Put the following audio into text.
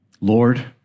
Lord